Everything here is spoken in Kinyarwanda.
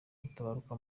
gutabaruka